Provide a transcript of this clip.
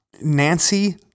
Nancy